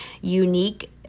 unique